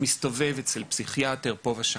מסתובב אצל פסיכיאטר פה ושם.